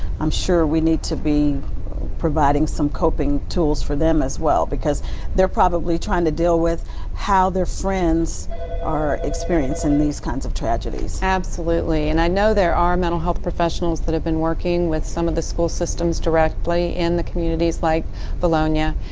i'm sure we need to be providing some coping tools for them as well because they're probably trying to deal with how their friends are experiencing these kinds of tragedies. absolutely. and i know there are mental health professionals that have been working with some of the school systems directly in the communities like bolognia.